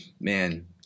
Man